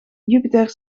jupiter